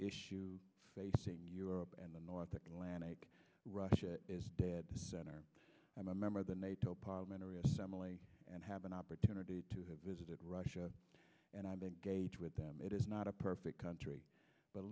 issue facing europe and the north atlantic russia is dead center i'm a member of the nato parliamentary assembly and have an opportunity to have visited russia and i've been gauge with them it is not a perfect country but